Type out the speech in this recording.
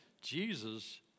Jesus